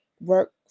work